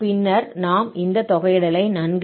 பின்னர் நாம் இந்த தொகையிடலை நன்கு அறிவோம்